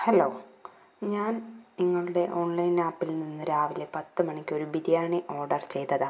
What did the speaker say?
hello ഞാൻ നിങ്ങളുടെ online ആപ്പിൽ നിന്ന് രാവിലെ പത്തു മണിക്കൊരു ബിരിയാണി ഓർഡർ ചെയ്തതാണ്